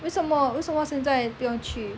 为什么为什么现在不用去